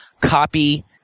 copy